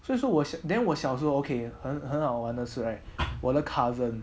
所以说我小 then 我小时候 okay 很好玩的事 right 我的 cousin